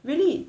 really